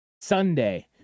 Sunday